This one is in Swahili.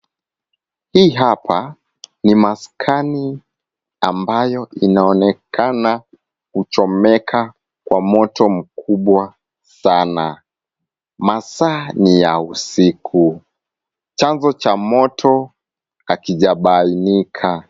Hii hapa ni maskani ambayo inaonekana kuchomeka kwa moto mkubwa sana. Masaa ni ya usiku. Chanzo cha moto hakijabainika.